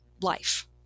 life